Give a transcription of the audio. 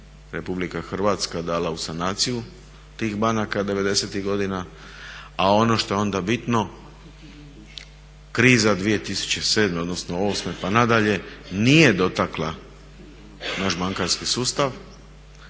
19 milijardi je RH dala u sanaciju tih banaka 90.tih godina a ono što je onda bitno kriza 2007. odnosno 2008. pa nadalje nije dotakla naš bankarski sustav